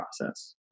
process